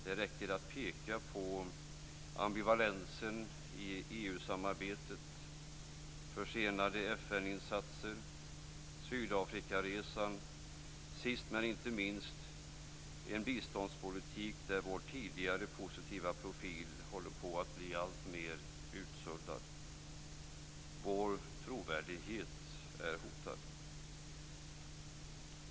Det räcker att peka på ambivalensen i EU-samarbetet, försenade FN insatser, Sydafrikaresan och sist men inte minst en biståndspolitik där vår tidigare positiva profil håller på att bli alltmer utsuddad. Vår trovärdighet är hotad.